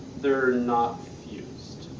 they're not fused.